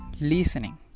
listening